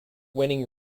winning